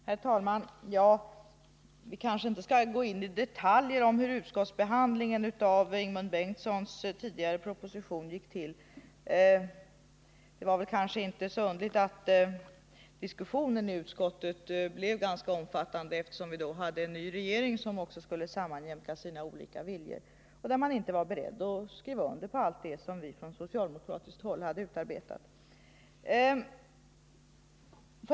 Herr talman! Vi kanske inte skall gå in i detalj på hur utskottsbehandlingen av Ingemund Bengtssons tidigare proposition gick till. Det var kanske inte så underligt att diskussionen i utskottet blev ganska omfattande, eftersom vi då hade en ny regering som också skulle sammanjämka sina olika viljor och där man inte var beredd att skriva under allt det som vi från socialdemokratiskt håll hade utarbetat.